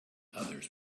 others